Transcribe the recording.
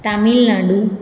Tamil Nadu